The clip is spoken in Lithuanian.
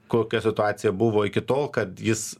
kokia situacija buvo iki tol kad jis